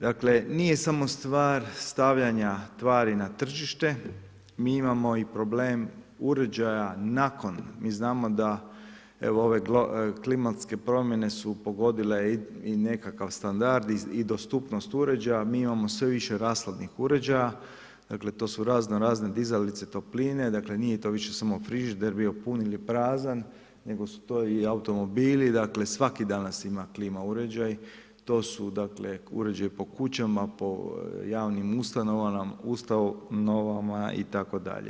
Dakle, nije samo stvar stavljanja tvari na tržište, mi imamo i problem uređaja nakon, mi znamo da evo ove klimatske promjene su pogodile i nekakav standard i dostupnost uređaja, mi imamo sve više rashladnih uređaja, dakle, to su razno razne dizalice topline, dakle, nije to više samo frižider bio pun ili prazan, nego su to i automobili, svaki danas ima klima uređaj, to su uređaji po kućama, po javnim ustanovama itd.